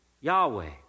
Yahweh